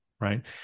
right